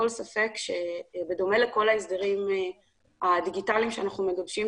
ספק שבדומה לכל ההסדרים הדיגיטליים שאנחנו מבקשים,